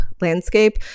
landscape